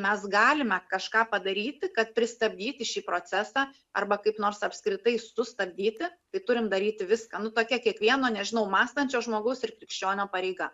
mes galime kažką padaryti kad pristabdyti šį procesą arba kaip nors apskritai sustabdyti tai turime daryti viską nu tokia kiekvieno nežinau mąstančio žmogaus ir krikščionio pareiga